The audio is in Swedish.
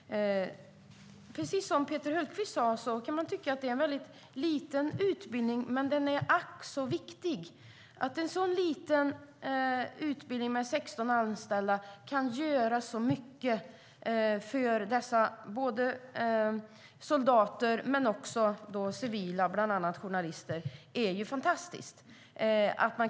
Som Peter Hultqvist sade är det en liten men ack så viktig utbildning. Att en så liten utbildning med 16 anställda kan göra så mycket för dessa soldater och civila, bland annat journalister, är fantastiskt.